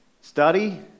Study